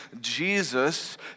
Jesus